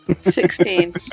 Sixteen